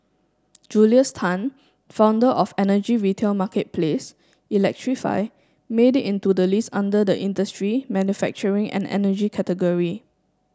Julius Tan founder of energy retail marketplace electrify made it into the list under the industry manufacturing and energy category